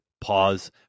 pause